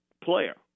player